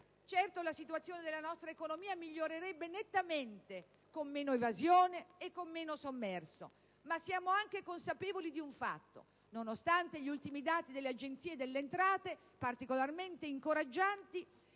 Certo, la situazione della nostra economia migliorerebbe nettamente, con meno evasione e con meno sommerso, ma siamo anche consapevoli di un fatto. Nonostante gli ultimi dati delle Agenzie delle entrate, particolarmente incoraggianti,